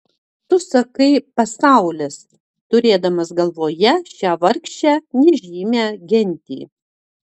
tu sakai pasaulis turėdamas galvoje šią vargšę nežymią gentį